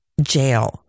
jail